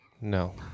No